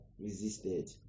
resisted